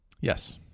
Yes